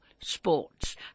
sports